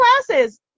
classes